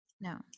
No